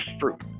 fruit